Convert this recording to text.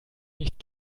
nicht